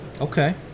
Okay